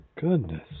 goodness